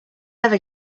never